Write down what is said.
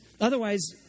Otherwise